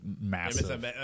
massive